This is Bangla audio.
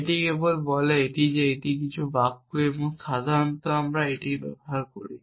এটি কেবল বলে যে এটি কিছু বাক্য এবং সাধারণত আমরা এটি ব্যবহার করি